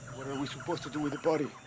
what are we supposed to do with the body?